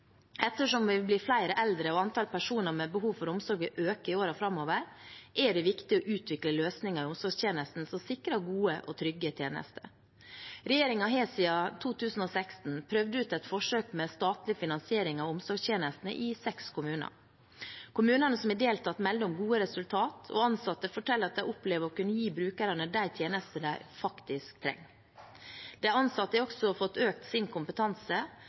Ettersom vi blir flere eldre, og antall personer med behov for omsorg vil øke i årene framover, er det viktig å utvikle løsninger i omsorgstjenesten som sikrer gode og trygge tjenester. Regjeringen har siden 2016 prøvd ut et forsøk med statlig finansiering av omsorgstjenestene i seks kommuner. Kommunene som har deltatt, melder om gode resultater, og ansatte forteller at de opplever å kunne gi brukerne de tjenestene de faktisk trenger. De ansatte har også fått økt sin kompetanse.